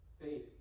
faith